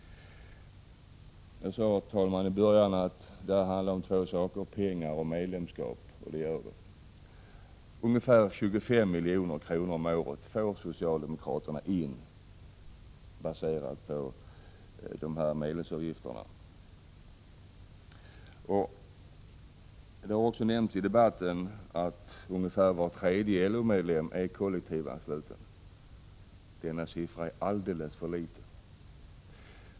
Jag sade i början av mitt anförande att detta handlar om två saker, pengar och medlemskap, och det gör det. Ungefär 25 milj.kr. om året får socialdemokraterna in, baserat på medlemsavgiften. Det har också nämnts i debatten att ungefär var tredje LO-medlem är kollektivansluten. Denna siffra är alldeles för låg.